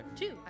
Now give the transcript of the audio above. Two